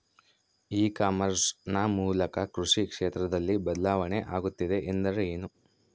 E commerce ನ ಮೂಲಕ ಕೃಷಿ ಕ್ಷೇತ್ರದಲ್ಲಿ ಬದಲಾವಣೆ ಆಗುತ್ತಿದೆ ಎಂದರೆ ಏನು?